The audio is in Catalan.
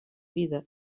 vida